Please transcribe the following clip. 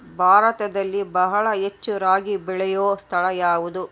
ಭಾರತದಲ್ಲಿ ಬಹಳ ಹೆಚ್ಚು ರಾಗಿ ಬೆಳೆಯೋ ಸ್ಥಳ ಯಾವುದು?